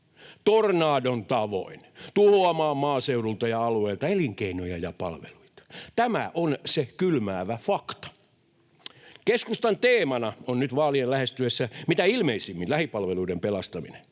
tornadon tavoin tuhoamaan maaseudulta ja alueilta elinkeinoja ja palveluita. Tämä on se kylmäävä fakta. Keskustan teemana on nyt vaalien lähestyessä mitä ilmeisimmin lähipalveluiden pelastaminen.